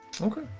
Okay